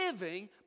living